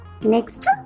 Next